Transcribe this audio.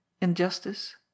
injustice